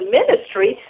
ministry